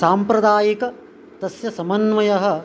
साम्प्रदायिकं तस्य समन्वयः